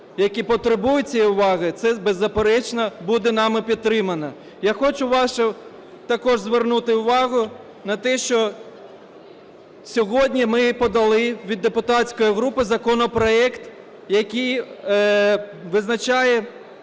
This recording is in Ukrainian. які потребують цієї уваги, це, беззаперечно, буде нами підтримано. Я хочу вашу також звернути увагу на те, що сьогодні ми подали від депутатської групи законопроект, який визначає